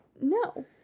No